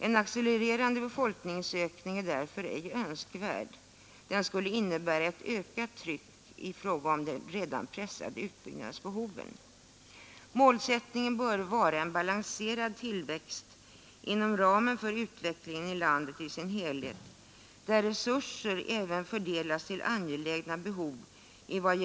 En elererande befolkningsökning är därför ej önskvärd, den skulle innebära ett ökat tryck i fråga om de redan pressade utbyggnadsbehoven. Målsättningen bör vara en balanserad tillväxt inom ramen för utvecklingen i landet i sin helhet, där resurser även fördelas till angelägna behov i vad.